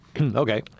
Okay